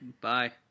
Bye